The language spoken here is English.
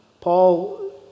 Paul